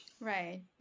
Right